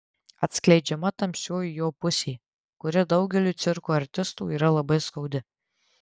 atskleidžiama tamsioji jo pusė kuri daugeliui cirko artistų yra labai skaudi